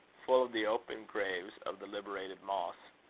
full of the open graves of the liberated moths.